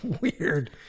weird